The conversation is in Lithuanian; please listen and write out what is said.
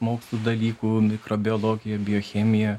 mokslų dalykų mikrobiologija biochemija